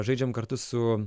žaidžiam kartu su